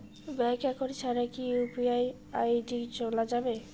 Bank account ছাড়া কি UPI ID চোলা যাবে?